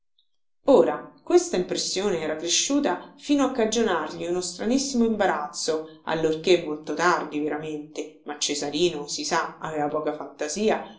ora questa impressione era cresciuta fino a cagionargli uno stranissimo imbarazzo allorché molto tardi veramente ma cesarino si sa aveva poca fantasia